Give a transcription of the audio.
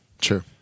true